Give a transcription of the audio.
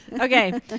Okay